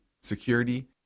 security